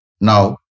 now